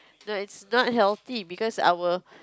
no it's not healthy because our